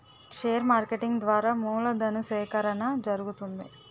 share marketing ద్వారా మూలధను సేకరణ జరుగుతుంది